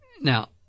Now